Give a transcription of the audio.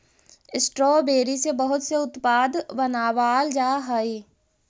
strawberry से बहुत से उत्पाद बनावाल जा हई